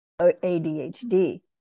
ADHD